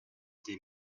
des